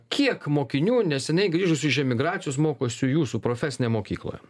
kiek mokinių neseniai grįžusi iš emigracijos mokosi jūsų profesinėje mokykloje